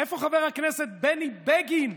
איפה חבר הכנסת בני בגין,